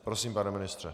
Prosím, pane ministře.